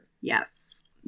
Yes